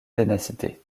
ténacité